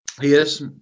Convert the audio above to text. Yes